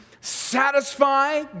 satisfy